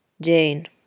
Jane